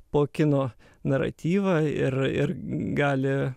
po kino naratyvą ir ir gali